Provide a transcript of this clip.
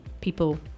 people